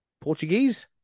Portuguese